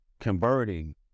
Converting